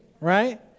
right